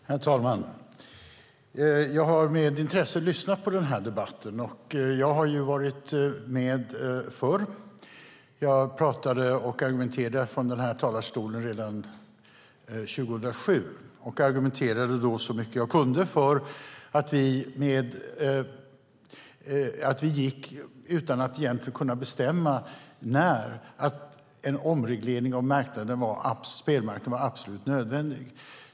Herr talman! Jag har med intresse lyssnat på debatten. Jag har varit med förr. Jag talade och argumenterade från denna talarstol redan 2007. Jag argumenterade då så mycket jag kunde för att vi utan att kunna bestämma när gick mot en situation där en omreglering av spelmarknaden var absolut nödvändig.